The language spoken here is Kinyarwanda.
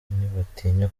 ntibatinya